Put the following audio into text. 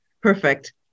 perfect